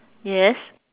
yes